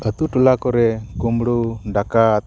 ᱟᱛᱳᱼᱴᱚᱞᱟ ᱠᱚᱨᱮ ᱠᱩᱢᱲᱩ ᱰᱟᱠᱟᱛ